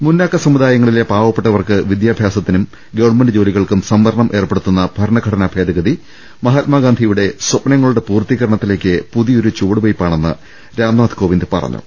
മുന്നാക്ക സമുദായങ്ങളിലെ പാവപ്പെട്ട വർക്ക് വിദ്യാഭ്യാസത്തിനും ഗവൺമെന്റ് ജോലികൾക്കും സംവരണം ഏർപ്പെടുത്തുന്ന ഭരണഘടനാ ഭേദഗതി മഹാത്മാഗാന്ധിയുടെ സ്ഥപ്നങ്ങ ളുടെ പൂർത്തീകരണത്തിലേക്ക് പുതിയൊരു ചുവടുവയ്പാണെന്ന് രാംനാഥ് കോവിന്ദ് പറഞ്ഞു